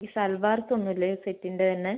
ഈ സൽവാർസ് ഒന്നും ഇല്ലേ സെറ്റിൻ്റെ തന്നെ